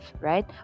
right